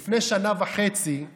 לפני שנה וחצי הוא